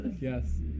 Yes